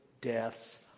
deaths